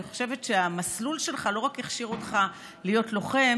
אני חושבת שהמסלול שלך הכשיר אותך להיות לא רק לוחם